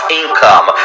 income